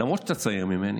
למרות שאתה צעיר ממני,